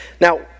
Now